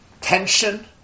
tension